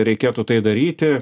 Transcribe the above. reikėtų tai daryti